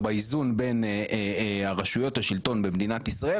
באיזון בין רשויות השלטון במדינת ישראל,